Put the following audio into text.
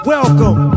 Welcome